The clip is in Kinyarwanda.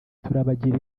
turabagira